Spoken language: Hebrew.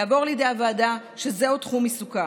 יעבור לידי הוועדה שזהו תחום עיסוקה.